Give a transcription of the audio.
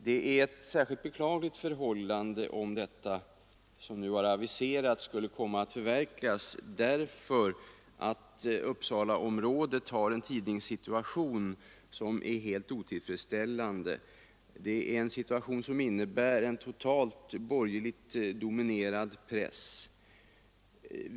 Det är ett särskilt beklagligt förhållande, om de inskränkningar som nu har aviserats skulle komma att förverkligas, eftersom Uppsalaområdet har en tidningssituation som är helt otillfredsställande: det är en situation som innebär en borgerligt helt dominerad press.